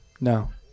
No